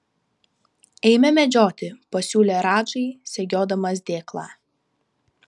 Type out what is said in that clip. eime medžioti pasiūlė radžai segiodamas dėklą